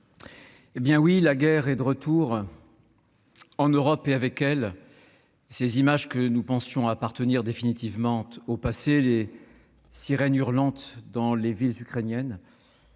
collègues, la guerre est de retour en Europe et, avec elle, ces images que nous pensions appartenir définitivement au passé : les sirènes hurlantes dans les villes ukrainiennes,